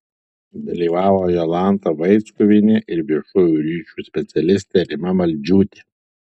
dalyvavo jolanta vaickuvienė ir viešųjų ryšių specialistė rima maldžiūtė